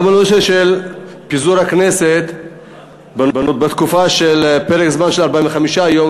גם בנושא של פיזור הכנסת בפרק זמן של 45 יום,